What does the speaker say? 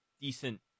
decent